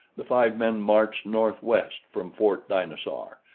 the five men marched northwest from fort dinosaur,